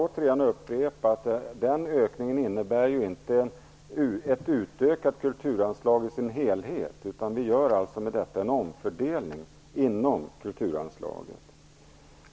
Jag vill upprepa att den ökningen inte innebär ett utökat kulturanslag i sin helhet, utan vi gör alltså med detta en omfördelning inom kulturanslaget.